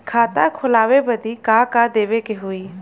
खाता खोलावे बदी का का देवे के होइ?